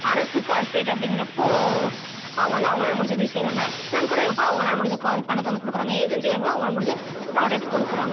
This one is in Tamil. அரசு கார்ப்பரேட் அப்படிங்குறப்போ அவங்க வந்து அவங்களால முடிஞ்ச உதவியை செய்கிறாங்க நன்கொடை அப்போ அவங்கனால முடிஞ்ச கா பணத்தை வந்து கொடுக்குறாங்க ஏஜென்ஸிகாரங்களும் அவங்களால முடிஞ்ச புராடக்ட் கொடுக்குறாங்க